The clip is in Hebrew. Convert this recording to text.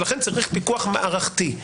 ולכן צריך פיקוח מערכתי.